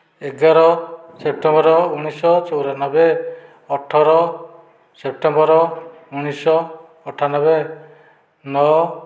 ଏଗାର ସେପ୍ଟେମ୍ବର ଊଣେଇଶଶହ ଚଉରାନବେ ଅଠର ସେପ୍ଟେମ୍ବର ଊଣେଇଶଶହ ଅଠାନବେ ନଅ